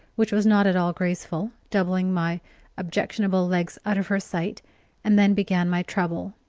which was not at all graceful, doubling my objectionable legs out of her sight and then began my trouble,